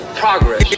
progress